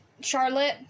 Charlotte